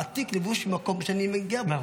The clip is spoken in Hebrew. אני מעתיק לבוש ממקום שאני מגיע ממנו.